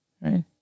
Right